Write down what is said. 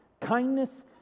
kindness